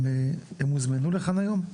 הם הוזמנו לכאן היום?